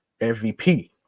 MVP